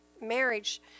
marriage